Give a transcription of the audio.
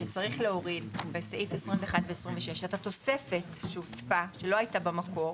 שצריך להוריד בסעיפים 21 ו-26 את התוספת שהוספה שלא הייתה במקור